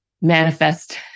manifest